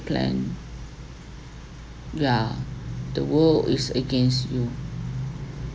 plan yeah the world is against you